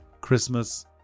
Christmas